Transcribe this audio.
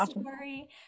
story